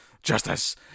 Justice